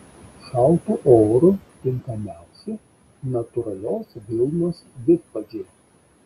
šaltu oru tinkamiausi natūralios vilnos vidpadžiai